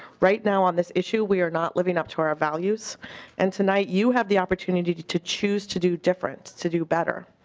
right now um this issue were not living up to our values and tonight you have the opportunity to to choose to do different to do better.